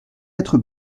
être